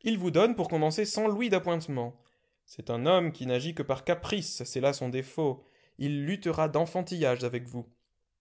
il vous donne pour commencer cent louis d'appointements c'est un homme qui n'agit que par caprices c'est là son défaut il luttera d'enfantillages avec vous